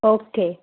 okay